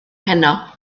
heno